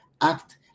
act